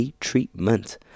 treatment